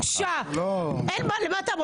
בושה, אין למה.